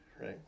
right